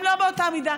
אם לא באותה מידה.